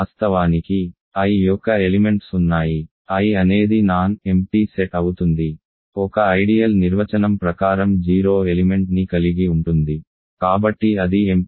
వాస్తవానికి I యొక్క elements ఉన్నాయి I అనేది నాన్ ఎంప్టీ సెట్ అవుతుంది ఒక ఐడియల్ నిర్వచనం ప్రకారం 0 ఎలిమెంట్ ని కలిగి ఉంటుంది కాబట్టి అది ఎంప్టీ కాదు